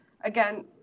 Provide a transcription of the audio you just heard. Again